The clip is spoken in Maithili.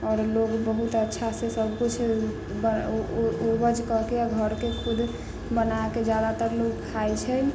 आओर लोग बहुत अच्छा से सब किछु उपज कऽ के घर के खुद बनाके जादातर लोग खाइ छै